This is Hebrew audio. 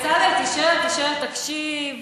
בצלאל, תישאר, תישאר, תקשיב.